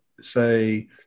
Say